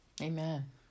Amen